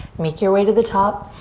make your way to the top.